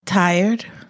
Tired